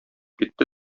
китте